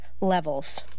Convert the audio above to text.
levels